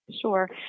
Sure